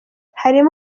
harimo